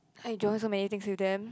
I join so many things with them